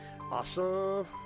Awesome